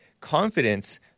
confidence